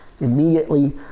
Immediately